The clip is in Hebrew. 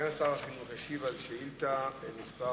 סגן שר החינוך ישיב על שאילתא מס'